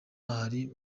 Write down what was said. hari